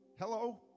Hello